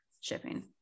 shipping